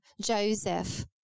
Joseph